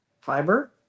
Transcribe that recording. Fiber